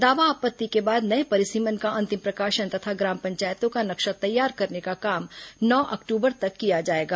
दावा आपत्ति के बाद नए परिसीमन का अंतिम प्रकाशन तथा ग्राम पंचायतों का नक्शा तैयार करने का काम नौ अक्टूबर तक किया जाएगा